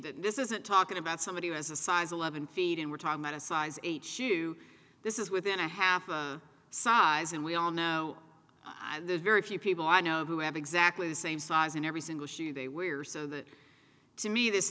that this isn't talking about somebody who has a size eleven feet and we're talking about a size eight shoe this is within a half size and we all now i there's very few people i know who have exactly the same size in every single shoe they wear so that to me this